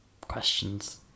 questions